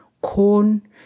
corn